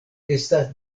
estas